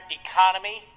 economy